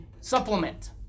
supplement